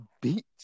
beat